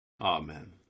Amen